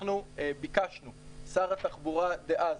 אנחנו ביקשנו שר התחבורה דאז,